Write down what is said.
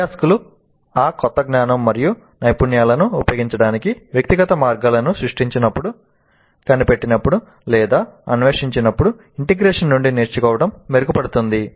అభ్యాసకులు ఆ క్రొత్త జ్ఞానం మరియు నైపుణ్యాలను ఉపయోగించడానికి వ్యక్తిగత మార్గాలను సృష్టించినప్పుడు కనిపెట్టినప్పుడు లేదా అన్వేషించినప్పుడు ఇంటెగ్రేషన్ నుండి నేర్చుకోవడం మెరుగుపడుతుంది